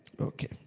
Okay